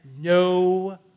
no